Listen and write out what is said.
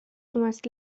zumeist